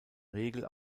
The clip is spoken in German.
regel